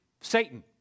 Satan